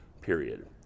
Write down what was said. period